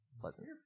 pleasant